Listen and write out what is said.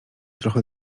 trochę